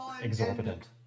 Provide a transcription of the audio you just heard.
exorbitant